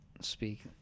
speak